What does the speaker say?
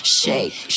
shake